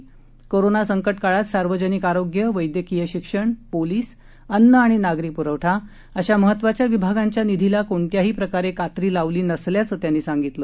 corona संकटकाळात सार्वजनिक आरोग्य वैद्यकीय शिक्षण पोलिस अन्न आणि नागरी प्रवठा अशा महत्वाच्या विभागांच्या निधीला कोणत्याही प्रकारे कात्री लावली नसल्याचं त्यांनी सांगितलं